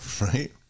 Right